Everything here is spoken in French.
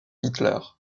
hitler